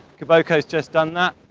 kiboko's just done that,